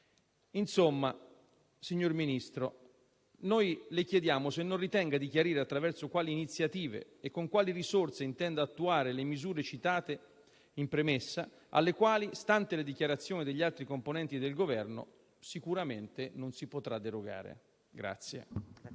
Insomma, signor Ministro, le chiediamo se non ritenga di chiarire attraverso quali iniziative e con quali risorse intenda attuare le misure citate in premessa alle quali, stanti le dichiarazioni degli altri componenti del Governo, sicuramente non si potrà derogare.